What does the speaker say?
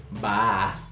Bye